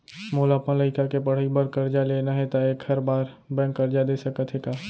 मोला अपन लइका के पढ़ई बर करजा लेना हे, त एखर बार बैंक करजा दे सकत हे का?